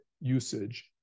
usage